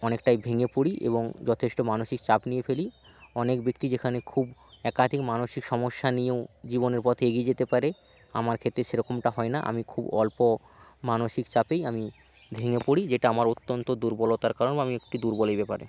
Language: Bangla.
অনেকটাই ভেঙে পড়ি এবং যথেষ্ট মানসিক চাপ নিয়ে ফেলি অনেক ব্যক্তি যেখানে খুব একাধিক মানসিক সমস্যা নিয়েও জীবনের পথ এগিয়ে যেতে পারে আমার ক্ষেত্তে সেরকমটা হয় না আমি খুব অল্প মানসিক চাপেই আমি ভেঙে পড়ি যেটা আমার অত্যন্ত দুর্বলতার কারণ আমি একটু দুর্বল এই ব্যাপারে